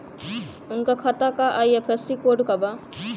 उनका खाता का आई.एफ.एस.सी कोड का बा?